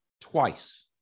twice